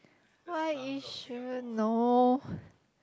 why he shouldn't know